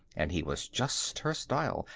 and he was just her style,